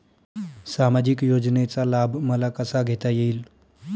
सामाजिक योजनेचा लाभ मला कसा घेता येईल?